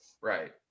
Right